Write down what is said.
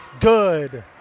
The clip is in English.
good